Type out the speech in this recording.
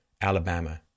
Alabama